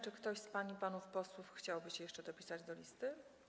Czy ktoś z pań i panów posłów chciałby jeszcze dopisać się do listy?